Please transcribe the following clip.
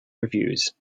reviews